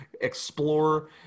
explore